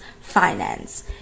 finance